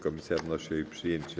Komisja wnosi o jej przyjęcie.